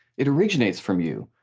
it originates from you.